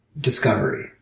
discovery